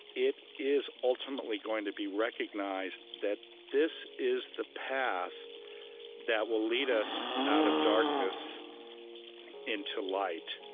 it is ultimately going to be recognized that this is the path that will lead us out of darkness into light